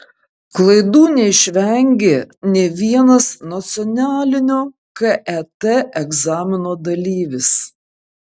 klaidų neišvengė nė vienas nacionalinio ket egzamino dalyvis